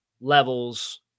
levels